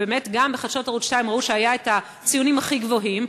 ובאמת גם בחדשות ערוץ 2 ראו שהיו הציונים הכי גבוהים,